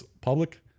public